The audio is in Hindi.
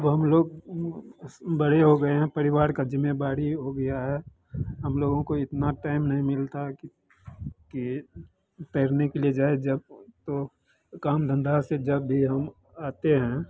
अब हमलोग बड़े हो गए परिवार की जिम्मेदारी हो गई है हमलोगों को इतना टाइम नहीं मिलता है कि कि तैरने के लिए जाएँ जब तो काम धन्धा से जब भी हम आते हैं